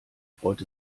freut